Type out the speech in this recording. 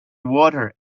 water